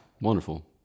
wonderful